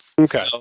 Okay